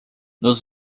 nos